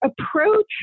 approach